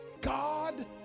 God